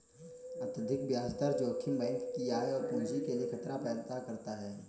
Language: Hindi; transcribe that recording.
अत्यधिक ब्याज दर जोखिम बैंक की आय और पूंजी के लिए खतरा पैदा करता है